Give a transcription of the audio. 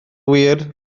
wir